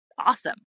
awesome